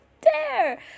dare